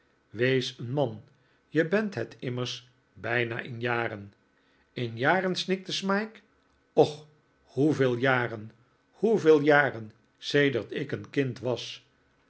wees een man je bent het immers bijna in jaren in jaren snikte smike och hoeveel jaren hoeveel jaren sedert ik een kind was